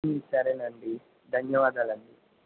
సరేనండీ ధన్యవాదాలండీ